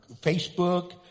Facebook